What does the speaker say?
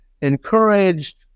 encouraged